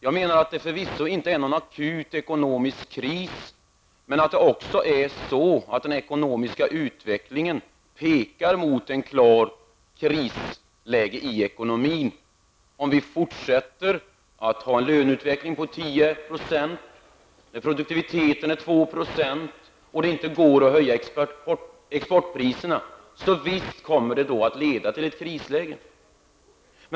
Förvisso råder det inte någon akut ekonomisk kris, men den ekonomiska utvecklingen pekar emot ett klart krisläge i ekonomin, om lönerna fortsätter att öka med 10 % medan produktiviteten är 2 %, samtidigt som det inte går att höja exportpriserna -- visst kommer detta att leda till ett krisläge.